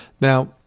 Now